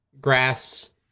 grass